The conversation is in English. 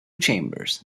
chambers